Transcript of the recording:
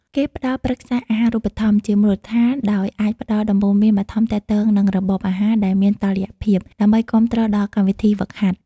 គេផ្ដល់ប្រឹក្សាអាហារូបត្ថម្ភ ជាមូលដ្ឋាន ដោយអាចផ្ដល់ដំបូន្មានបឋមទាក់ទងនឹងរបបអាហារដែលមានតុល្យភាព ដើម្បីគាំទ្រដល់កម្មវិធីហ្វឹកហាត់។